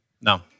No